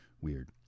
weird